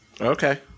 Okay